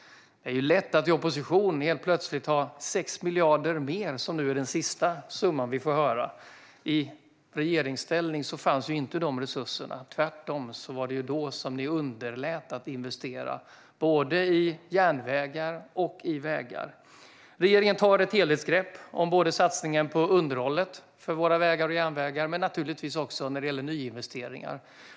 Det är lätt att i opposition helt plötsligt ha 6 miljarder mer, vilket är den senaste summa vi fått höra. I regeringsställning fanns inte de resurserna. Tvärtom underlät ni då att investera både i järnvägar och i vägar. Regeringen tar ett helhetsgrepp om satsningen på underhållet av våra vägar och järnvägar och naturligtvis också nyinvesteringar.